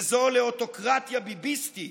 וזו לאוטוקרטיה ביביסטית,